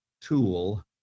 tool